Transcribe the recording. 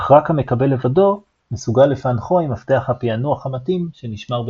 אך רק המקבל לבדו מסוגל לפענחו עם מפתח הפענוח המתאים שנשמר בסוד.